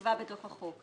שנקבע בתוך החוק.